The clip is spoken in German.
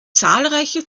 zahlreiche